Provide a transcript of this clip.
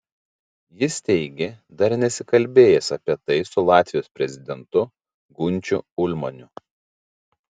jis teigė dar nesikalbėjęs apie tai su latvijos prezidentu gunčiu ulmaniu